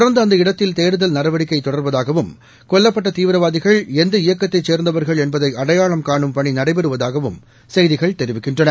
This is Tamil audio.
தொடர்ந்து அந்த இடத்தில் தேடுதல் நடவடிக்கை தொடர்வதாகவும் கொல்லப்பட்ட தீவிரவாதிகள் எந்த இயக்கத்தைச் சேர்ந்தவர்கள் என்பதை அடையாளம் கானும் பணி நடைபெறுவதாகவும் செய்திகள் தெரிவிக்கின்றன